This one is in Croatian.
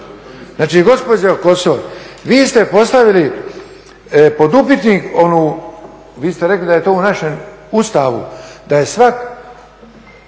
Znači gospođo Kosor, vi ste postavili pod upitnik onu, vi ste rekli da je to u našem Ustavu, da je svak